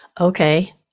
okay